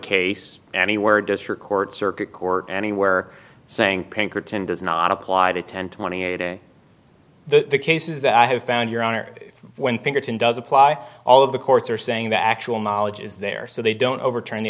case anywhere district court circuit court anywhere saying pinkerton does not apply to ten twenty a day the cases that i have found your honor when pinkerton does apply all of the courts are saying the actual knowledge is there so they don't overturn the